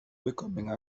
becoming